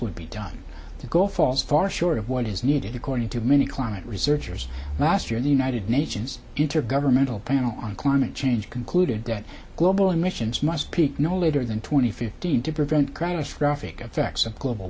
would be done to go falls far short of what is needed according to many climate researchers last year in the united nations intergovernmental panel on climate change concluded that global emissions must peak no later than twenty fifteen to prevent greatest graphic affects of global